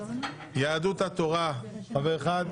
ליהדות התורה חבר אחד,